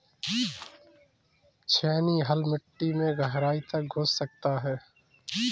छेनी हल मिट्टी में गहराई तक घुस सकता है